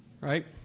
Right